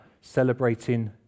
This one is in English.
celebrating